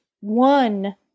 one